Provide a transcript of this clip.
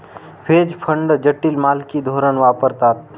veg fund जटिल मालकी धोरण वापरतात